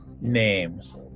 names